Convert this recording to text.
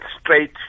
straight